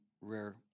rare